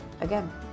again